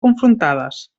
confrontades